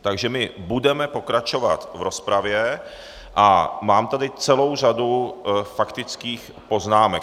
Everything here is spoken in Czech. Takže budeme pokračovat v rozpravě a mám tady celou řadu faktických poznámek.